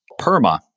PERMA